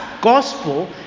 gospel